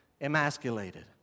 emasculated